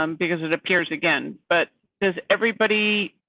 um because it appears again, but does everybody.